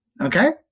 Okay